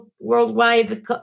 worldwide